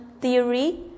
theory